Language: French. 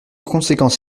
conséquence